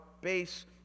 base